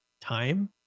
time